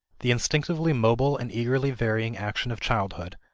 the instinctively mobile and eagerly varying action of childhood,